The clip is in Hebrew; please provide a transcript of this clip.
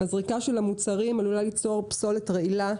הזריקה של המוצרים עלולה ליצור פסולת רעילה,